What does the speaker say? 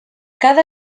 cada